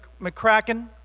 McCracken